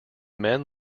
men